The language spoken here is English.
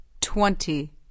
twenty